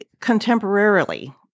contemporarily